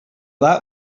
that